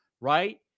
right